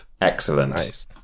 excellent